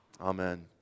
Amen